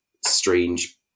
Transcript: strange